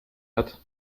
hat